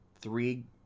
Three